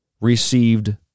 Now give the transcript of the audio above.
received